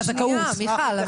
זאת הזכאות.